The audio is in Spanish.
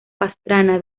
pastrana